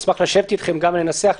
ונשמח לשבת אתכם לנסח,